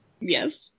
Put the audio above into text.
Yes